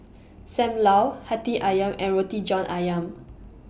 SAM Lau Hati Ayam and Roti John Ayam